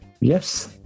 Yes